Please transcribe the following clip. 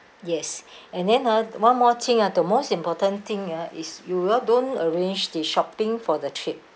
yes and then ah one more thing ah the most important thing ah is you all don't arrange the shopping for the trip